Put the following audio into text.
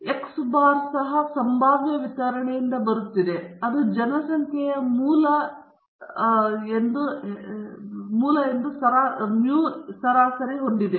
x bar ಸಹ ಸಂಭಾವ್ಯ ವಿತರಣೆಯಿಂದ ಬರುತ್ತಿದೆ ಅದು ಜನಸಂಖ್ಯೆಯ ಮೂಲ ಸರಿ ಎಂದು ಅದೇ ಸರಾಸರಿ ಮೌ ಹೊಂದಿದೆ